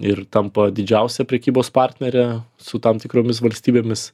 ir tampa didžiausia prekybos partnere su tam tikromis valstybėmis